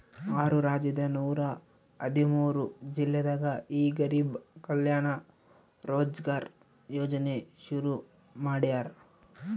ಆರು ರಾಜ್ಯದ ನೂರ ಹದಿಮೂರು ಜಿಲ್ಲೆದಾಗ ಈ ಗರಿಬ್ ಕಲ್ಯಾಣ ರೋಜ್ಗರ್ ಯೋಜನೆ ಶುರು ಮಾಡ್ಯಾರ್